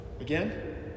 Again